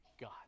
God